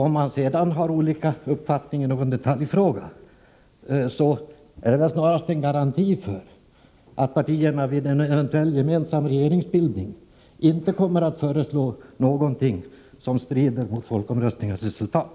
Om de sedan har olika uppfattningar i någon detaljfråga, är detta snarast en garanti för att partierna vid en eventuell gemensam regeringsbildning inte kommer att föreslå någonting som strider mot folkomröstningens resultat.